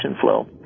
flow